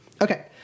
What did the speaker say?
Okay